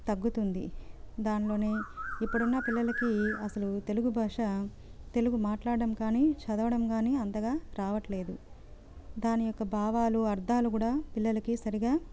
తగ్గుతుంది దానిలోనే ఇప్పుడున్న పిల్లలకి అసలు తెలుగు భాష తెలుగు మాట్లాడ్డం కానీ చదవటం కానీ అంతగా రావట్లేదు దాని యొక్క భావాలు అర్ధాలు కూడా పిల్లలకి సరిగా